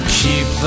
keep